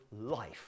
life